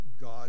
God